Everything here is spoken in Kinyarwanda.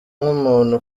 nk’umuntu